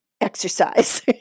exercise